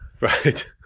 Right